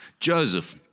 Joseph